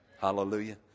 Hallelujah